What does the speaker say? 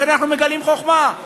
לכן אנחנו מגלים חוכמה,